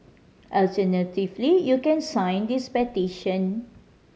alternatively you can sign this petition